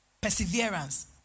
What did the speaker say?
perseverance